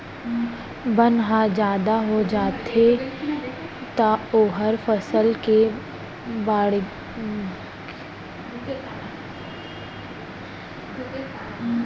बन ह जादा हो जाथे त ओहर फसल के बाड़गे ल रोक देथे